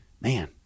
man